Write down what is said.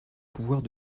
pouvoirs